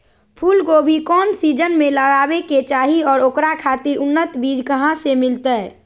फूलगोभी कौन सीजन में लगावे के चाही और ओकरा खातिर उन्नत बिज कहा से मिलते?